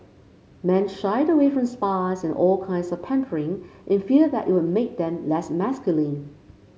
men shied away from spas and all kinds of pampering in fear that it would make them less masculine